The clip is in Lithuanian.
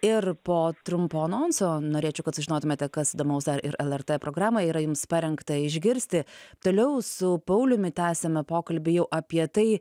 ir po trumpo anonso norėčiau kad sužinotumėte kas įdomaus dar ir lrt programoj yra jums parengta išgirsti toliau su pauliumi tęsime pokalbį jau apie tai